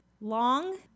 long